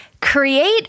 create